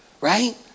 Right